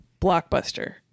blockbuster